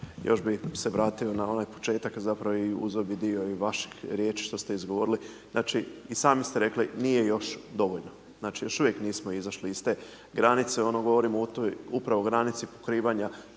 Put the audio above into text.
još bi se vratio na onaj početak zapravo i uzeo bi dio i vaših riječi što ste izgovorili, znači i sami ste rekli nije još dovoljno. Znači još uvijek nismo izašli iz te granice, ono govorimo upravo o granici pokrivanja